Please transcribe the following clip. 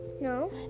No